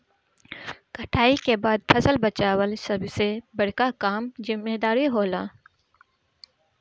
कटाई के बाद फसल बचावल सबसे बड़का जिम्मेदारी होला